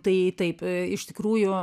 tai taip iš tikrųjų